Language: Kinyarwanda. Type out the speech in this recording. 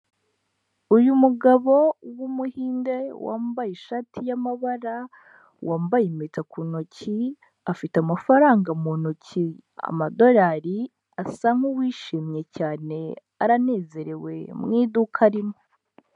Uyu mugabo w'umuhinde wambaye ishati y'amabara, wambaye impeta ku ntoki, afite amafaranga mu ntoki, amadorari asa nkuwishimye cyane aranezerewe mu iduka arimo.